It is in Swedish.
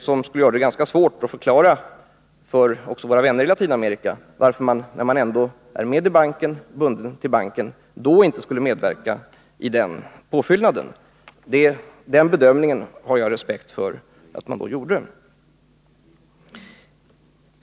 Det skulle vara ganska svårt att förklara för våra vänner i Latinamerika varför man inte, när man ändå är bunden till banken, skulle medverka i den påfyllnaden. Att regeringen då gjorde den bedömningen har jag respekt för.